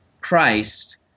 Christ